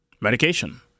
medication